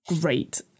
Great